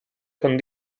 con